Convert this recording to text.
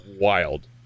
wild